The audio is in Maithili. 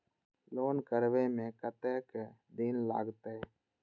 लोन करबे में कतेक दिन लागते?